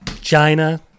China